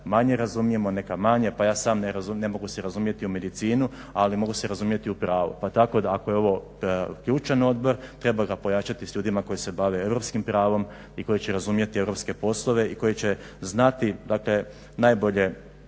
manje razumijemo. Pa ja sam ne mogu se razumjeti u medicinu, ali mogu se razumjeti u pravo. Pa tako da ako je ovo ključan odbor treba ga pojačati s ljudima koji se bave europskim pravom i koji će razumjeti europske poslove i koji će znati najbolje